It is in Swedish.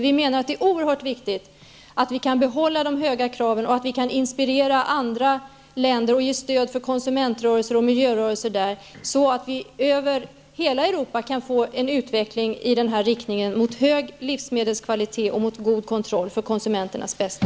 Vi menar att det är oerhört viktigt att vi kan behålla de höga kraven och att vi kan inspirera andra länder att ge stöd för konsumentrörelser och miljörörelser där, så att vi över hela Europa kan få en utveckling i riktning mot hög livsmedelskvalitet och god kontroll för konsumenternas bästa.